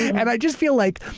and i just feel like,